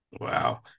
Wow